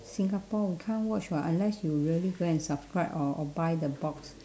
singapore you can't watch [what] unless you really go and subscribe or or buy the box